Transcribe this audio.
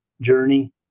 journey